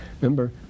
Remember